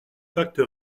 pacte